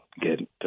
get